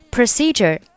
Procedure